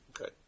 Okay